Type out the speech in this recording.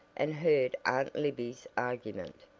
and heard aunt libby's argument,